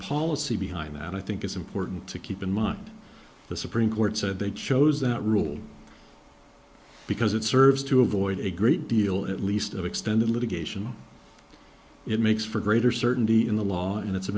policy behind that i think is important to keep in mind the supreme court said they chose that rule because it serves to avoid a great deal at least of extended litigation it makes for greater certainty in the law and it's a